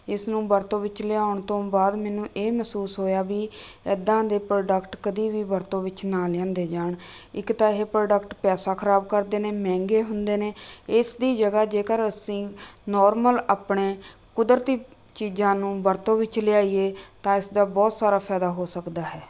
ਇਸ ਨੂੰ ਵਰਤੋਂ ਵਿੱਚ ਲਿਆਉਣ ਤੋਂ ਬਾਅਦ ਮੈਨੂੰ ਇਹ ਮਹਿਸੂਸ ਹੋਇਆ ਵੀ ਇੱਦਾਂ ਦੇ ਪ੍ਰੋਡਕਟ ਕਦੀ ਵੀ ਵਰਤੋਂ ਵਿੱਚ ਨਾ ਲਿਆਂਦੇ ਜਾਣ ਇੱਕ ਤਾਂ ਇਹ ਪ੍ਰੋਡਕਟ ਪੈਸਾ ਖਰਾਬ ਕਰਦੇ ਨੇ ਮਹਿੰਗੇ ਹੁੰਦੇ ਨੇ ਇਸ ਦੀ ਜਗ੍ਹਾ ਜੇਕਰ ਅਸੀਂ ਨੋਰਮਲ ਆਪਣੇ ਕੁਦਰਤੀ ਚੀਜ਼ਾਂ ਨੂੰ ਵਰਤੋਂ ਵਿੱਚ ਲਿਆਈਏ ਤਾਂ ਇਸ ਦਾ ਬਹੁਤ ਸਾਰਾ ਫਾਇਦਾ ਹੋ ਸਕਦਾ ਹੈ